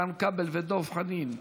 איתן כבל ודב חנין.